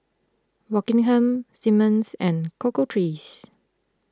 Rockingham Simmons and the Cocoa Trees